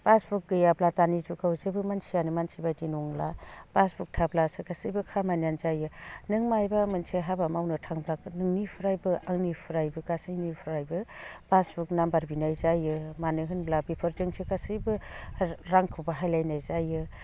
passbook गैयाब्ला दानि जुगाव जेबो मानसियानो मानसि बायदि नंला पासबुक थाब्लासो गासैबो खामानियानो जायो नों मायबा मोनसे हाबा मावनो थांब्लाबो नोंनिफ्रायबो आंनिफ्रायबो गासैनिफ्रायबो पासबुक नाम्बार बिनाय जायो मानो होनब्ला बेफोरजोंसो गासैबो रांखौ बाहायलायनाय जायो